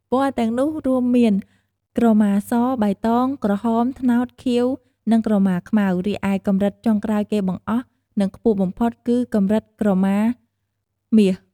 ពណ៌ទាំងនោះរួមមាន ក្រមាស បៃតង ក្រហម ត្នោត ខៀវ និងក្រមាខ្មៅ។ រីឯកម្រិតចុងក្រោយគេបង្អស់ និងខ្ពស់បំផុតគឺ កម្រិតក្រមាមាស។